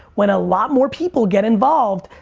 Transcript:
when a lot more people get involved,